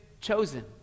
chosen